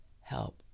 HELP